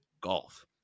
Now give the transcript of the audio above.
golf